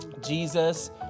Jesus